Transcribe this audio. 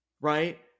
right